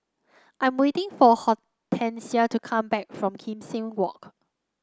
I'm waiting for Hortensia to come back from Kim Seng Walk